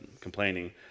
complaining